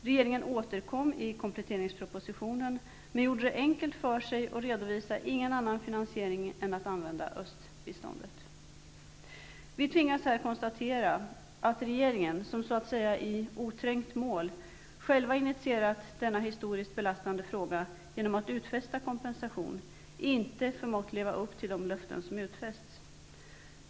Regeringen återkom i kompletteringspropositionen, men gjorde det enkelt för sig genom att inte redovisa något annat förslag till finansiering än med hjälp av östbiståndet. Vi tvingas konstatera att regeringen i så att säga oträngt mål själv initierat denna historiskt belastande fråga genom att utfästa en kompensation, men inte förmått leva upp till de utfästa löftena.